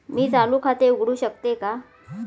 मी चालू खाते उघडू शकतो का?